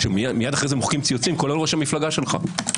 מייד אחרי זה מוחקים ציוצים כולל ראשי המפלגה שלך,